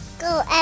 Go